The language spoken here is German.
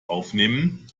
aufnehmen